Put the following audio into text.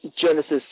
Genesis